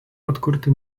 atkurti